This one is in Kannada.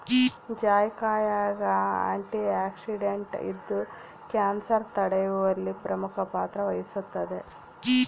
ಜಾಯಿಕಾಯಾಗ ಆಂಟಿಆಕ್ಸಿಡೆಂಟ್ ಇದ್ದು ಕ್ಯಾನ್ಸರ್ ತಡೆಯುವಲ್ಲಿ ಪ್ರಮುಖ ಪಾತ್ರ ವಹಿಸುತ್ತದೆ